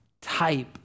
type